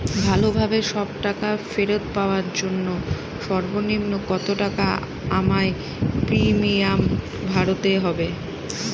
ভালোভাবে সব টাকা ফেরত পাওয়ার জন্য সর্বনিম্ন কতটাকা আমায় প্রিমিয়াম ভরতে হবে?